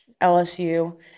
lsu